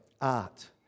Art